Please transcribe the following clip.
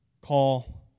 call